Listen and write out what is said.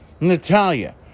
Natalia